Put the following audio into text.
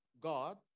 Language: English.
God